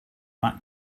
back